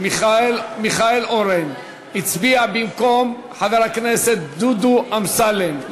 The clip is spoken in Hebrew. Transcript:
מיכאל אורן הצביע במקום חבר הכנסת דודו אמסלם,